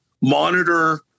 monitor